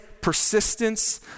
persistence